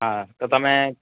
હા તો તમે